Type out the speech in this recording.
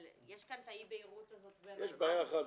אבל יש כאן אי-בהירות גם של --- יש בעיה אחת,